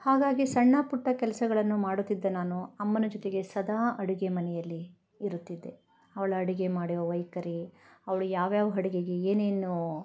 ಹಾಗಾಗಿ ಸಣ್ಣ ಪುಟ್ಟ ಕೆಲಸಗಳನ್ನು ಮಾಡುತ್ತಿದ್ದ ನಾನು ಅಮ್ಮನ ಜೊತೆಗೆ ಸದಾ ಅಡುಗೆ ಮನೆಯಲ್ಲಿ ಇರುತ್ತಿದ್ದೆ ಅವಳು ಅಡುಗೆ ಮಾಡುವ ವೈಖರಿ ಅವಳು ಯಾವ ಯಾವ ಅಡ್ಗೆಗೆ ಏನೇನು